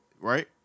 right